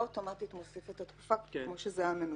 אוטומטית מוסיף את התקופה כמו שזה היה מנוסח.